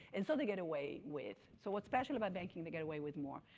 and so they get away with, so what's special about banking, they get away with more.